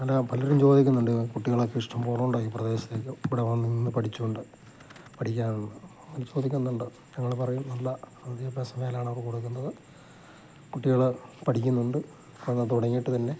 അല്ല പലരും ചോദിക്കുന്നുണ്ട് കുട്ടികളൊക്കെ ഇഷ്ടംപോലയുണ്ടോ ഈ പ്രദേശത്തൊക്കെ ഇവിടെ വന്നുനിന്ന് പഠിക്കാനെന്ന് ചോദിക്കുന്നുണ്ട് ഞങ്ങള് പറയും നല്ല വിദ്യാഭ്യാസമാണ് അവർക്ക് കൊടുക്കുന്നത് കുട്ടികള് പഠിക്കുന്നുണ്ട് അത് തുടങ്ങിയിട്ട് തന്നെ